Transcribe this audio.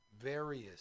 various